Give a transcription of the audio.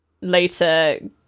later